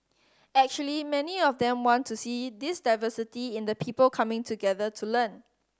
actually many of them want to see this diversity in the people coming together to learn